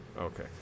Okay